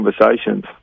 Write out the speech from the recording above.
conversations